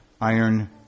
iron